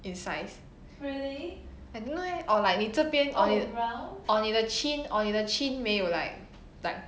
in size I don't know leh or like 你这边 or 你的 chin or 你的 chin 没有 like like